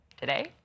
today